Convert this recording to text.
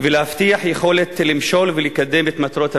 ולהבטיח יכולת למשול ולקדם את מטרות המדינה.